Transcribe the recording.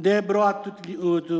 Det är bra att